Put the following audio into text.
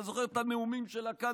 אתה זוכר את הנאומים שלה כאן,